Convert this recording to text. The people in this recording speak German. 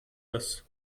das